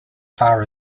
far